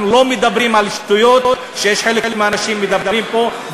אנחנו לא מדברים על שטויות שחלק מהאנשים שמדברים פה,